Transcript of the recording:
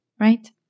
right